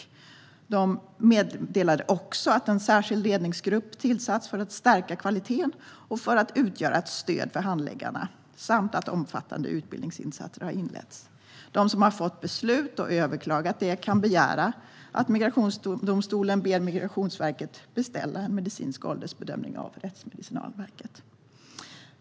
Migrationsverket meddelade också att en särskild ledningsgrupp tillsatts för att stärka kvaliteten och för att utgöra ett stöd för handläggarna samt att omfattande utbildningsinsatser har inletts. De som har fått beslut och överklagat det kan begära att migrationsdomstolen ber Migrationsverket beställa en medicinsk åldersbedömning av Rättsmedicinalverket.